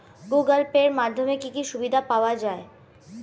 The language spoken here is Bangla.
গুগোল পে এর মাধ্যমে কি কি সুবিধা পাওয়া যায়?